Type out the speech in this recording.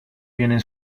viene